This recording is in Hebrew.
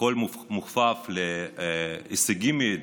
הכול מוכפף להישגים מיידיים,